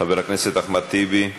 חבר הכנסת אחמד טיבי,